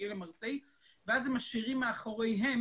מגיעים למרסי ואז הם משאירים מאחוריהם